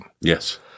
Yes